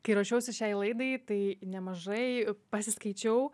kai ruošiausi šiai laidai tai nemažai pasiskaičiau